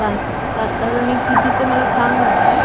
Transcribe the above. पाच पाच सहा जणी किती ते मला सांग नंतर